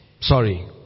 Sorry